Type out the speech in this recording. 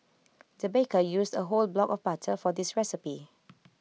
the baker used A whole block of butter for this recipe